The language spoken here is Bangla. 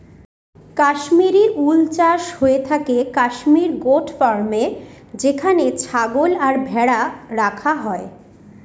কাশ্মিরী উল চাষ হয়ে থাকে কাশ্মির গোট ফার্মে যেখানে ছাগল আর ভেড়া রাখা হয়